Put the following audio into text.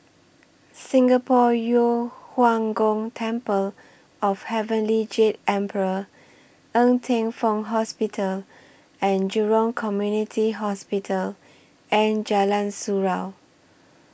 Singapore Yu Huang Gong Temple of Heavenly Jade Emperor Ng Teng Fong Hospital and Jurong Community Hospital and Jalan Surau